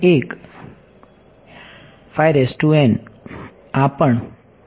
અને એક આ પણ હા